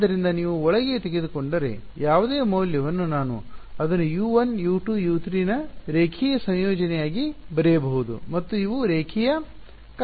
ಆದ್ದರಿಂದ ನೀವು ಒಳಗೆ ತೆಗೆದುಕೊಂಡರೆ ಯಾವುದೇ ಮೌಲ್ಯವನ್ನು ನಾನು ಅದನ್ನು U1 U2 U3 ನ ರೇಖೀಯ ಸಂಯೋಜನೆಯಾಗಿ ಬರೆಯಬಹುದು ಮತ್ತು ಇವು ರೇಖೀಯ ಕಾರ್ಯಗಳಾಗಿವೆ